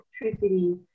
electricity